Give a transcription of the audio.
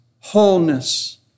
wholeness